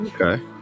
Okay